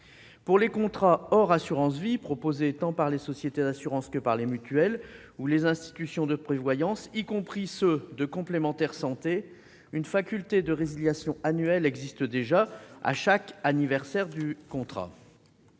Pour les contrats hors assurance vie proposés tant par les sociétés d'assurance que par les mutuelles ou les institutions de prévoyance, y compris les contrats de complémentaire santé, une faculté de résiliation annuelle est déjà prévue, à chaque anniversaire du contrat.